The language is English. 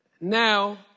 Now